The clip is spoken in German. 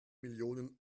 millionen